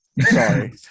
Sorry